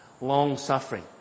Long-suffering